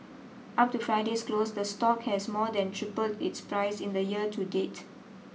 up to Friday's close the stock has more than tripled its price in the year to date